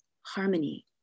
harmony